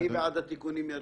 מי בעד התיקונים?